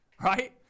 right